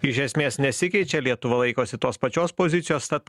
iš esmės nesikeičia lietuva laikosi tos pačios pozicijos tad